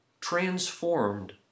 Transformed